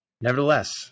Nevertheless